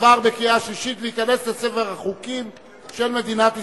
עבר בקריאה שלישית וייכנס לספר החוקים של מדינת ישראל.